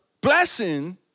blessing